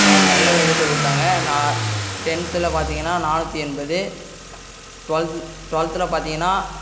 எனக்கு நல்ல வழியில் சொல்லி கொடுத்தாங்க நான் டென்த்தில் பாரத்தீங்கன்னா நானூற்றி எண்பது டுவெல்த் டுவெல்த்தில் பார்த்தீங்கன்னா